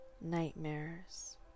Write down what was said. nightmares